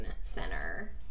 center